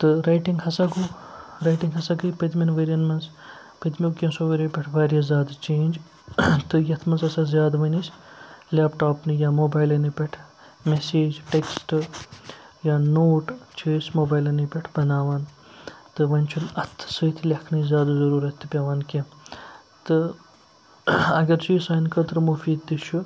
تہٕ رایٹِنٛگ ہَسا گوٚو رایٹِنٛگ ہَسا گٔے پٔتمیٚن ؤرۍ یَن منٛز پٔتمیو کینٛژھو ؤریو پٮ۪ٹھ واریاہ زیادٕ چینٛج تہٕ یَتھ منٛز ہَسا زیادٕ وۄنۍ أسۍ لیپ ٹاپنٕے یا موبایلَنٕے پٮ۪ٹھ مَسیج ٹیٚکٕسٹہٕ یا نوٹ چھِ أسۍ موبایلَنٕے پٮ۪ٹھ بَناوان تہٕ وۄنۍ چھُنہٕ اَتھہٕ سۭتۍ لیکھنٕچ زیادٕ ضروٗرت تہِ پیٚوان کیٚنٛہہ تہٕ اگرچہِ یہِ سانہِ خٲطرٕ مُفیٖد تہِ چھُ